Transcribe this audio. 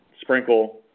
sprinkle